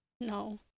No